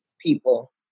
people